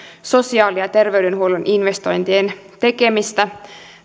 sosiaali ja terveydenhuollon investointien tekemistä